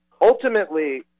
ultimately